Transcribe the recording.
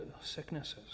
sicknesses